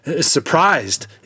surprised